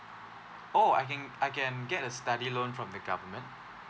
oh I can I can get a study loan from the government